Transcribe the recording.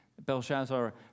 Belshazzar